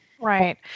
Right